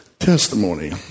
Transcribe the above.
Testimony